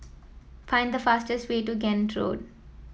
find the fastest way to Kent Road